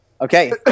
Okay